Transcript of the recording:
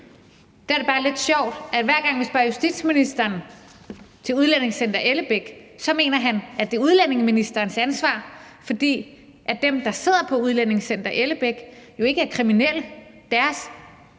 Der er det bare lidt sjovt, at hver gang, vi spørger justitsministeren om Udlændingecenter Ellebæk, så mener han, at det er udlændinge- og integrationsministerens ansvar, fordi dem, der sidder i Udlændingecenter Ellebæk, ikke er kriminelle. Deres